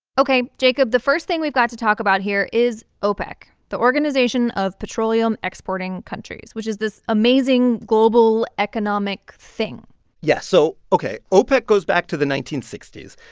ok. jacob, the first thing we've got to talk about here is opec, the organization of petroleum exporting countries, which is this amazing global economic thing yes. so ok, opec goes back to the nineteen sixty s.